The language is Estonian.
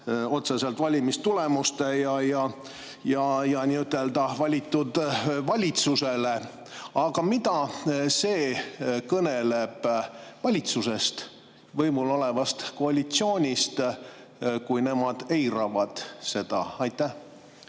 otseselt valimistulemustele ja valitud valitsusele. Aga mida see kõneleb valitsusest, võimul olevast koalitsioonist, kui nemad seda kõike